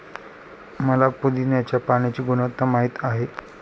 मला पुदीन्याच्या पाण्याची गुणवत्ता माहित आहे